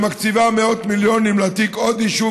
שמקציבה מאות מיליונים להעתיק עוד יישוב